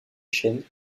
chaîne